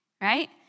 Right